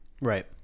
Right